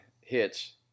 hits